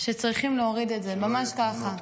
צריכים להוריד את זה, ממש ככה.